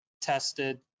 tested